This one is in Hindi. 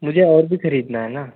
मुझे और भी खरीदना है ना